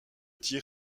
tir